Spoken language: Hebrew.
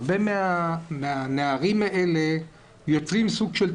הרבה מהנערים האלה יוצרים סוג של תלות